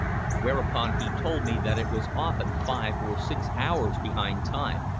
whereupon he told me that it was often five or six hours behind time,